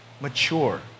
mature